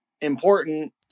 important